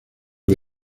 que